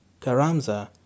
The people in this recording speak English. Karamza